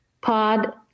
pod